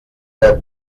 der